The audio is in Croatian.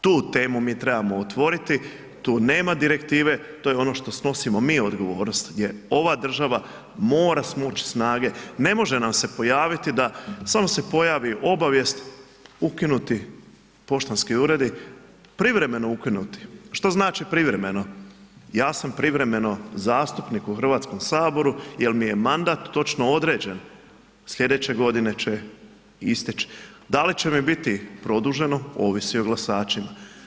Tu temu mi trebamo otvoriti, tu nema direktive, to je ono što snosimo mi odgovornost, gdje ova država mora smoć snage, ne može nam se pojaviti da, samo se pojavi obavijest “ukinuti poštanski uredi“, privremeno ukinuti, što znači „privremeno“, ja sam privremeno zastupnik u HS jel mi je mandat točno određen, slijedeće godine će isteć, da li će mi biti produženo, ovisi o glasačima.